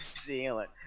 Zealand